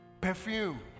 perfume